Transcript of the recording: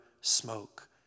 smoke